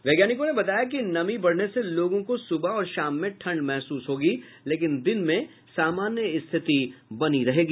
वैज्ञानिकों ने बताया है कि नमी बढ़ने से लोगों को सुबह और शाम में ठंड महसूस होगी लेकिन दिन में सामान्य स्थिति रहेगी